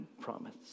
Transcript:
promise